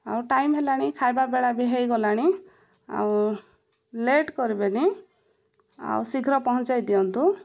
ଆଉ ଟାଇମ୍ ହେଲାଣି ଖାଇବାବେଳା ବି ହେଇଗଲାଣି ଆଉ ଲେଟ୍ କରିବେନି ଆଉ ଶୀଘ୍ର ପହଞ୍ଚାଇ ଦିଅନ୍ତୁ